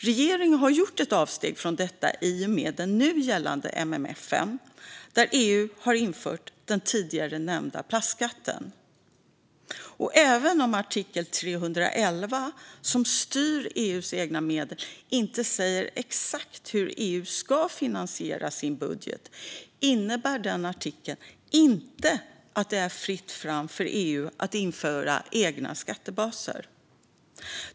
Regeringen har gjort ett avsteg från detta i och med den nu gällande MFF:en, där EU har infört den tidigare nämnda plastskatten. Och även om artikel 311, som styr EU:s egna medel, inte säger exakt hur EU ska finansiera sin budget innebär den artikeln inte att det är fritt fram för EU att införa egna skattebaser.